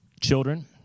Children